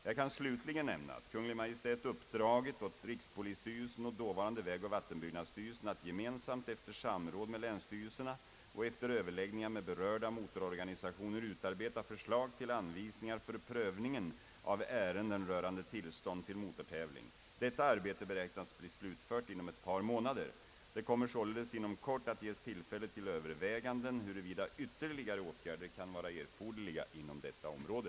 Jag kan slutligen nämna, att Kungl. Maj:t uppdragit åt rikspolisstyrelsen och dåvarande vägoch vattenbyggnadsstyrelsen att gemensamt efter samråd med länsstyrelserna och efter överläggningar med berörda motororganisationer utarbeta förslag till anvisningar för prövningen av ärenden rörande tillstånd till motortävling. Detta arbete beräknas bli slutfört inom ett par månader. Det kommer således inom kort att ges tillfälle till överväganden huruvida ytterligare åtgärder kan vara erforderliga inom detta område.